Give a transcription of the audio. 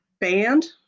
banned